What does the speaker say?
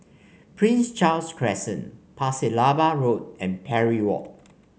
Prince Charles Crescent Pasir Laba Road and Parry Walk